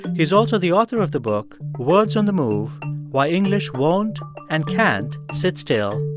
he's also the author of the book, words on the move why english won't and can't sit still.